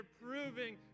proving